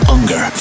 Unger